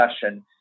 discussion